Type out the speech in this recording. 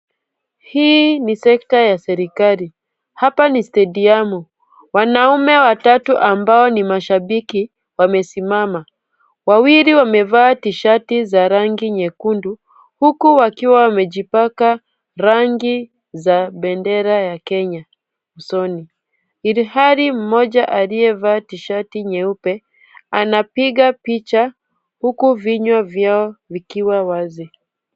Hii ni sekta ya serikali. Hapa ni stadiamu. Wanaume watatu ambao ni mashabiki wamesimama. Wawili wamevaa tishati za rangi ya nyekundu. Huku wakiwa wamejipaka rangi za bendera ya Kenya. Usoni ilihali mmoja aliyevaa t-shati nyeupe anapiga picha huku vinywa vyao vikiwa wazi.